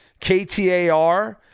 KTAR